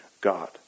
God